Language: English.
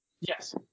Yes